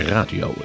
Radio